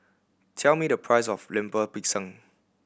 tell me the price of Lemper Pisang